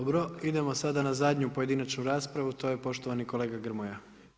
Dobro, idemo sada na zadnju pojedinačnu raspravu, to je poštovani kolega Grmoja.